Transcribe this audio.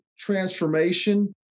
transformation